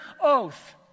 oath